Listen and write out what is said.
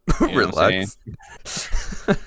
relax